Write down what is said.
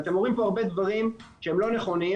אתם אומרים פה הרבה דברים שהם לא נכונים,